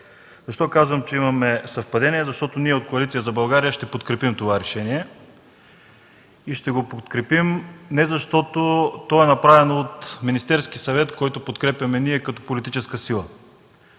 Защо казвам, че имаме съвпадания? Защото ние от Коалиция за България ще подкрепим това решение. И ще го подкрепим не защото то е направено от Министерския съвет, който подкрепяме ние като политическа сила.